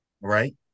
right